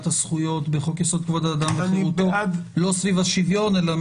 הזכויות בחוק יסוד כבוד האדם וחירותו לא סביב השוויון אלא,